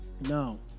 No